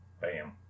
Bam